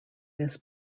this